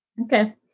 Okay